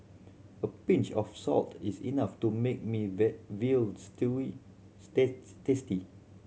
a pinch of salt is enough to make me veal stew tasty